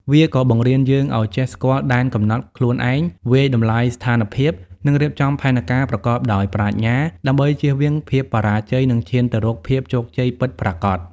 វាក៏បង្រៀនយើងឲ្យចេះស្គាល់ដែនកំណត់ខ្លួនឯង វាយតម្លៃស្ថានភាព និងរៀបចំផែនការប្រកបដោយប្រាជ្ញា ដើម្បីជៀសវាងភាពបរាជ័យ និងឈានទៅរកភាពជោគជ័យពិតប្រាកដ។